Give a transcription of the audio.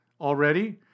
already